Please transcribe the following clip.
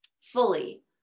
fully